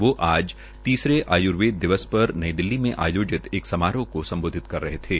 वो आज तीसरे आयुर्वेद दिवस पर नई दिल्ली में आयोजित एक समारोह को सम्बधित कर रहे थे